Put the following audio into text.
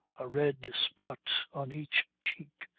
a red spot on each cheek,